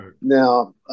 Now